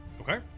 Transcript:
Okay